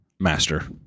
Master